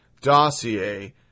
dossier